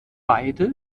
beide